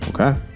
Okay